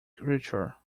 creature